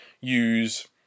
use